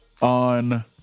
on